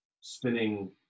spinning